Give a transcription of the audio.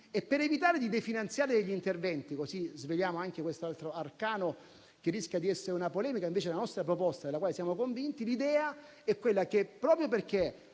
Per evitare di definanziare degli interventi - così sveliamo anche quest'altro arcano, che rischia di generare una polemica - la nostra proposta, della quale siamo convinti, è che proprio perché